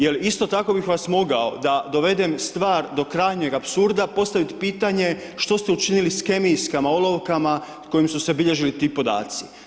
Jer isto tako bi vas mogao, da dovedem stvar do krajnjega apsurda, postaviti pitanje, što ste učinili s kemijskim olovkama, s kojim su se bilježili ti podaci.